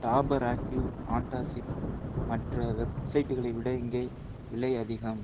Dabur active antacid மற்ற வெப்சைட்களை விட இங்கே விலை அதிகம்